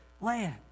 land